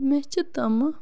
مےٚ چھِ تمہٕ